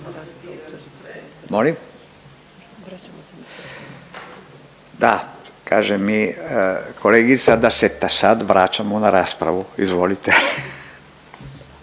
Da kaže mi kolegica da se sad vraćamo na raspravu. Izvolite,